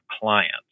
clients